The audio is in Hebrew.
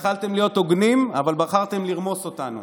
יכולתם להיות הוגנים, אבל בחרתם לרמוס אותנו.